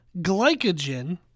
Glycogen